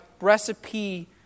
recipe